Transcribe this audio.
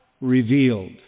revealed